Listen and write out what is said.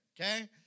okay